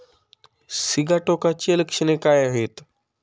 सिगाटोकाची लक्षणे काय आहेत?